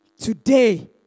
Today